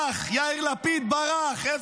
אני לא מעדיף שתצא החוצה, אבל אל תפריעו, אל